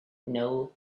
know